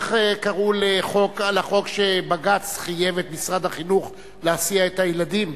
איך קראו לחוק שבג"ץ חייב את משרד החינוך להסיע את הילדים?